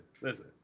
listen